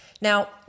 Now